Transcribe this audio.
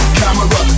camera